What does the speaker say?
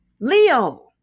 Leo